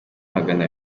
magana